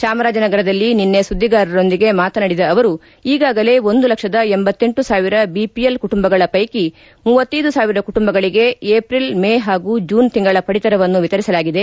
ಚಾಮರಾಜನಗರದಲ್ಲಿ ನಿನ್ನೆ ಸುದ್ವಿಗಾರರೊಂದಿಗೆ ಮಾತನಾಡಿದ ಅವರು ಈಗಾಗಲೇ ಒಂದು ಲಕ್ಷದ ಎಂಬತ್ತೆಂಟು ಸಾವಿರ ಬಿಪಿಎಲ್ ಕುಟುಂಬಗಳ ಷೈಕಿ ಮೂವತ್ತೈದು ಸಾವಿರ ಕುಟುಂಬಗಳಿಗೆ ಏಪ್ರಿಲ್ ಮೇ ಹಾಗೂ ಜೂನ್ ತಿಂಗಳ ಪಡಿತರವನ್ನು ವಿತರಿಸಲಾಗಿದೆ